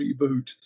reboot